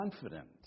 confident